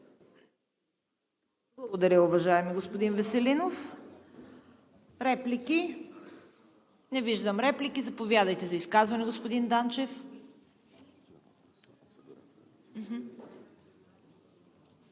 Благодаря, уважаеми господин Веселинов. Реплики? Не виждам. Заповядайте за изказване, господин Данчев.